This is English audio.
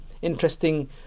interesting